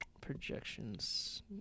projections